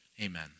Amen